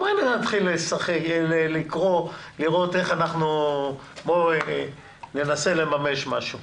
ממילא נתחיל לקרוא את הנוסח וננסה לממש משהו.